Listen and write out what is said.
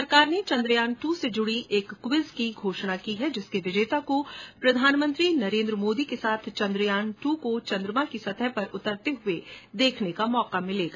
सरकार ने चंद्रयान दू से जुड़ी एक क्विज की घोषणा की है जिसके विजेता को प्रधानमंत्री नरेंद्र मोदी के साथ चंद्रयान दू को चंद्रमा की सतह पर उतरते हुए देखने का मौका मिलेगा